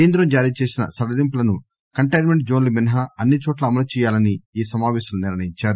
కేంద్రం జారీ చేసిన సడలింపులను కంటైన్ మెంట్ జోన్షు మినహా అన్ని చోట్ల అమలు చేయాలని ఈ సమాపేశంలో నిర్ణయించారు